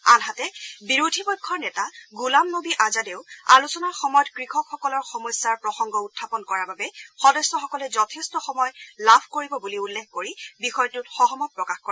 আনহাতে বিৰোধী পক্ষৰ নেতা গোলাম নবী আজাদেও আলোচনাৰ সময়ত কৃষকসকলৰ সমস্যাৰ প্ৰসংগ উখাপন কৰাৰ বাবে সদস্যসকলে যথেষ্ট সময় লাভ কৰিব বুলি উল্লেখ কৰি বিষয়টোত সহমত প্ৰকাশ কৰে